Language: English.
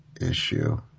issue